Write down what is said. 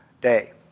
day